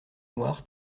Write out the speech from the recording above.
noire